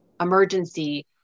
emergency